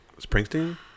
Springsteen